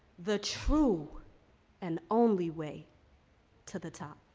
the true and only way to the top.